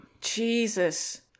Jesus